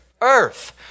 Earth